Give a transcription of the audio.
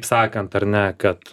sakant ar ne kad